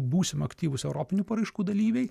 būsim aktyvūs europinių paraiškų dalyviai